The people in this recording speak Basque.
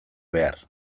behar